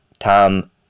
Tom